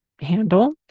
handle